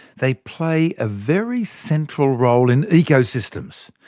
they play a very central role in ecosystems.